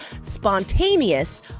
spontaneous